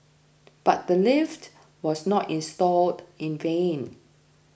but the lift was not installed in vain